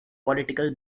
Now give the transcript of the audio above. political